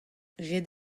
ret